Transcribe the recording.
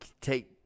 take